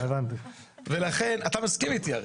אתה הרי מסכים איתי.